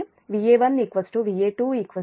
2548